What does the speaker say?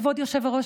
כבוד היושב-ראש,